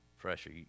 pressure